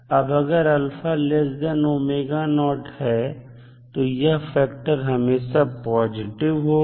अब अगर है तो यह फैक्टर हमेशा पॉजिटिव होगा